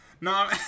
No